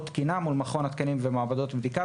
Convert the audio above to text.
תקינה מול מכון התקנים ומעבדות בדיקה.